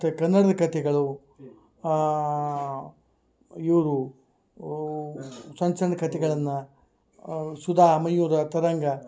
ಮತ್ತು ಕನ್ನಡದ ಕತೆಗಳು ಇವರು ಸಣ್ಣ ಸಣ್ಣ ಕತೆಗಳನ್ನ ಸುಧಾ ಮಯೂರ ತರಂಗ